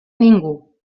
ningú